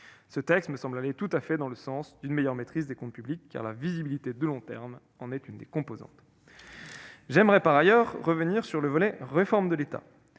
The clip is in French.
contient me semblent aller tout à fait dans le sens d'une meilleure maîtrise des dépenses publiques, dont la visibilité de long terme est une des composantes. Je souhaite par ailleurs revenir sur la réforme de l'État